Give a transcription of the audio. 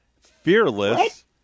Fearless